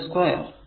അതിന്റെ സ്ക്വയർ